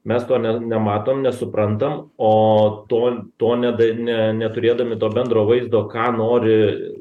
mes tuo ne nematom nesuprantam o to to neda ne neturėdami to bendro vaizdo ką nori